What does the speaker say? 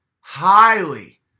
highly